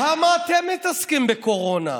כמה אתם מתעסקים בקורונה?